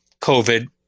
COVID